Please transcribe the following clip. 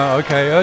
okay